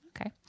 Okay